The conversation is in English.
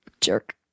Jerk